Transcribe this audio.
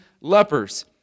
lepers